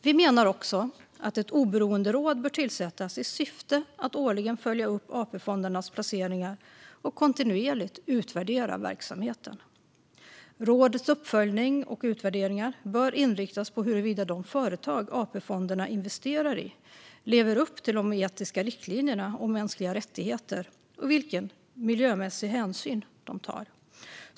Vi menar också att ett oberoende råd bör tillsättas i syfte att årligen följa upp AP-fondernas placeringar och kontinuerligt utvärdera verksamheten. Rådets uppföljning och utvärderingar bör inriktas på huruvida de företag som AP-fonderna investerar i lever upp till de etiska riktlinjerna om mänskliga rättigheter och vilka miljömässiga hänsyn de tar.